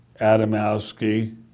Adamowski